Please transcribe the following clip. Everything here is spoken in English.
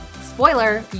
Spoiler